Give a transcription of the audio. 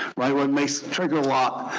what makes trigger lock